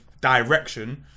direction